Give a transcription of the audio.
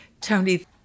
Tony